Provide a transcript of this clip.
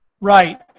Right